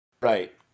Right